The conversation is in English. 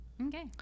Okay